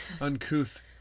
uncouth